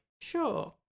sure